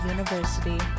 University